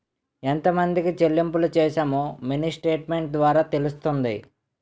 ఎంతమందికి చెల్లింపులు చేశామో మినీ స్టేట్మెంట్ ద్వారా తెలుస్తుంది